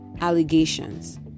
allegations